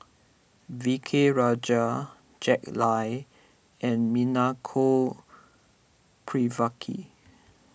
V K Rajah Jack Lai and Prvacki